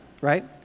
right